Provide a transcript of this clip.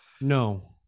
No